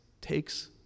Takes